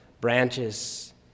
branches